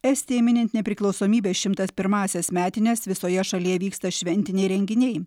estijai minint nepriklausomybės šimtas pirmąsias metines visoje šalyje vyksta šventiniai renginiai